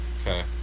Okay